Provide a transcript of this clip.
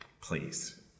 Please